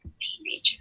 teenager